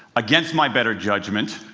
against my better judgment,